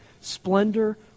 splendor